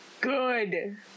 Good